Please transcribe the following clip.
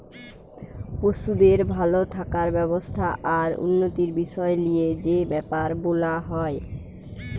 পশুদের ভাল থাকার ব্যবস্থা আর উন্নতির বিষয় লিয়ে যে বেপার বোলা হয়